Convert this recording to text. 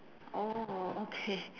oh okay